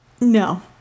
No